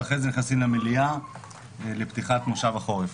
ואחרי זה נכנסים למליאה לפתיחת מושב החורף.